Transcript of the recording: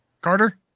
Carter